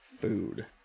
food